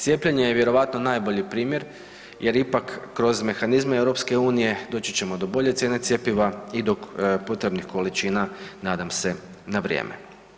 Cijepljenje je vjerojatno najbolji primjer, jer ipak kroz mehanizme EU doći ćemo do bolje cijene cjepiva i do potrebnih količina nadam se na vrijeme.